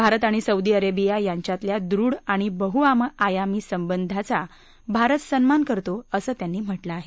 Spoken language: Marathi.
भारत आणि सौदी अरेबिया यांच्यातल्या दृढ आणि बहुआयामी संबंधांचा भारत सन्मान करतो असं त्यांनी म्हटलं आहे